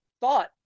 thought